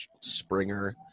Springer